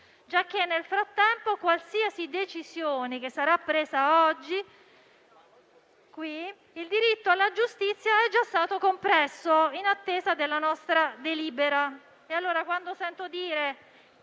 giacché, nel frattempo che qualsiasi decisione sarà presa qui oggi, il diritto alla giustizia è già stato compresso in attesa della nostra delibera. Quando sento dire